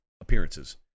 appearances